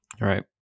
Right